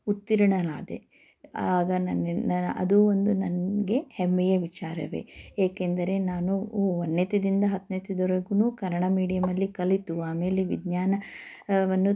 ಉತ್ತೀರ್ಣಳಾದೆ ಆಗ ನನ್ನಿನ್ನ ಅದು ಒಂದು ನನಗೆ ಹೆಮ್ಮೆಯ ವಿಚಾರವೇ ಏಕೆಂದರೆ ನಾನು ಒಂದನೇತದಿಂದ ಹತ್ತನೇತದವರೆಗೂ ಕನ್ನಡ ಮೀಡಿಯಮ್ಮಲ್ಲಿ ಕಲಿತು ಆಮೇಲೆ ವಿಜ್ಞಾನವನ್ನು